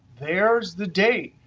there's the date.